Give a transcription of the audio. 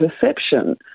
perception